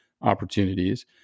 opportunities